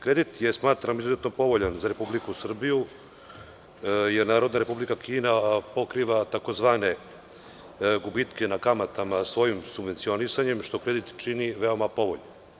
Kredit je smatram izuzetno povoljan za Republiku Srbiju, jer Narodna Republika Kina pokriva tzv. gubitke na kamatama svojim subvencionisanjem što kredit čini veoma povoljnim.